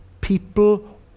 people